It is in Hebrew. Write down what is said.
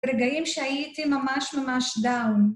רגעים שהייתי ממש ממש דאון.